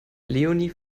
leonie